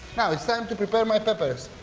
it's time to prepare my peppers.